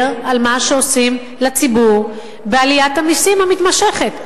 על מה שעושים לציבור בעליית המסים המתמשכת.